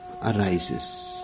arises